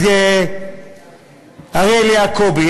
את אריאל יעקובי,